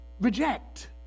reject